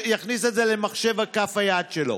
יכניס את זה למחשב כף היד שלו.